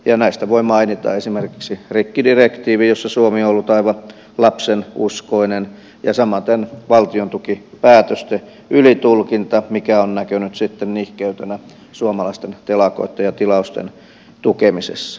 tästä voi mainita esimerkkinä rikkidirektiivin jossa suomi on ollut aivan lapsenuskoinen samaten valtiontukipäätösten ylitulkinnan mikä on näkynyt sitten nihkeytenä suomalaisten telakoitten ja tilausten tukemisessa